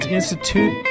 Institute